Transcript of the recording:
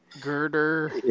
Girder